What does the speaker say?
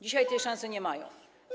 Dzisiaj tej szansy nie mają.